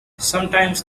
sometimes